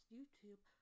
YouTube